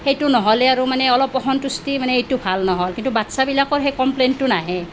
সেইটো নহ'লে আৰু মানে অলপ অসন্তুষ্টি মানে সেইটো ভাল নহ'ল কিন্তু বাচ্চাবিলাকৰ সেই কমপ্লেইনটো নাহে